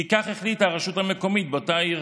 כי ככה החליטה הרשות המקומית באותה עיר.